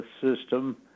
system